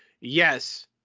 yes